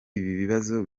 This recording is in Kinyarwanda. ibibazo